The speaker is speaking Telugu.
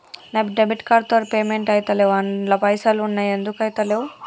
నా డెబిట్ కార్డ్ తో పేమెంట్ ఐతలేవ్ అండ్ల పైసల్ ఉన్నయి ఎందుకు ఐతలేవ్?